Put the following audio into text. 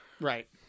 Right